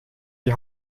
die